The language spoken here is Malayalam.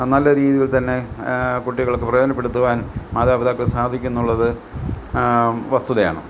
നല്ല രീതിയിൽ തന്നെ കുട്ടികൾക്ക് പ്രയോജനപ്പെടുത്തുവാൻ മാതാപിതാക്കൾക്ക് സാധിക്കും എന്നുള്ളത് വസ്തുതയാണ്